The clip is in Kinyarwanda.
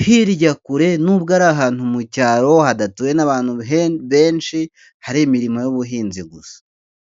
hirya kure, n'ubwo ari ahantu mu cyaro hadatuwe n'abantu benshi hari imirimo y'ubuhinzi gusa.